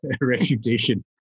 reputation